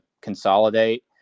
consolidate